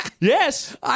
Yes